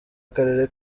akarere